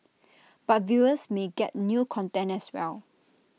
but viewers may get new content as well